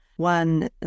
One